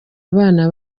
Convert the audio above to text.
abana